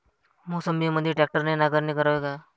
मोसंबीमंदी ट्रॅक्टरने नांगरणी करावी का?